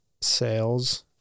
sales